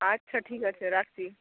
আচ্ছা ঠিক আছে রাখছি